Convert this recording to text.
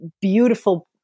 beautiful